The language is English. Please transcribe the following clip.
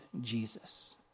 Jesus